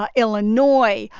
ah illinois,